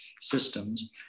systems